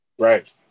right